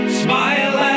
smile